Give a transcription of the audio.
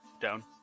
Down